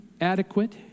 adequate